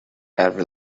every